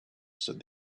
said